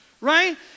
Right